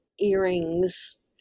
earrings